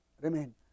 remain